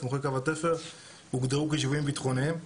סמוכי קו התפר הוגדרו כיישובים ביטחוניים.